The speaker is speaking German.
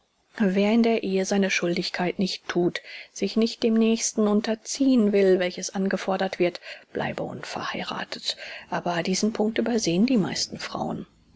wer in der ehe seine schuldigkeit nicht thun sich nicht dem nächsten unterziehen will welches angefordert wird bleibe unverheirathet aber diesen punkt übersehen die meisten frauen